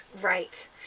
Right